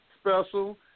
special